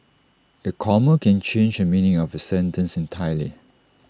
A comma can change the meaning of A sentence entirely